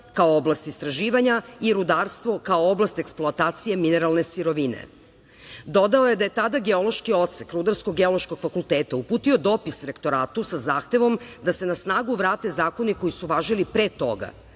kao oblast istraživanja, i rudarstvo, kao oblast eksploatacije mineralne sirovine. Dodao je da je tada Geološki odsek Rudarsko-geološkog fakulteta uputio dopis Rektoratu sa zahtevom da se na snagu vrate zakoni koji su važili pre toga.